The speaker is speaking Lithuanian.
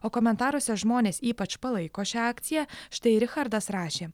o komentaruose žmonės ypač palaiko šią akciją štai richardas rašė